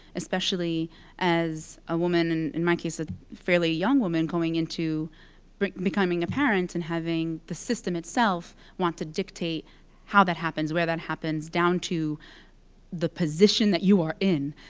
especially as a woman, and in my case, a fairly young woman going into becoming a parent and having the system itself want to dictate how that happens, where that happens, down to the position that you are in.